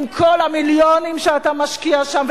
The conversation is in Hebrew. עם כל המיליונים שאתה משקיע שם.